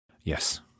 yes